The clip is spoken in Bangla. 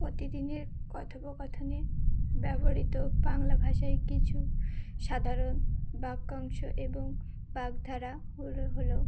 প্রতিদিনের কথোপকথনে ব্যবহৃত বাংলা ভাষায় কিছু সাধারণ বাক্যাংশ এবং বাগধারাগুলো হলো